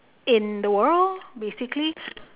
in the world basically